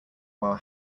while